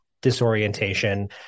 Disorientation